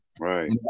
Right